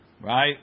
right